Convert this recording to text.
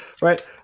right